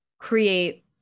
create